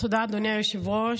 תודה, אדוני היושב-ראש.